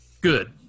good